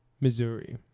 Missouri